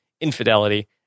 infidelity